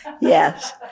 Yes